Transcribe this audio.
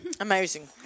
amazing